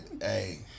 Hey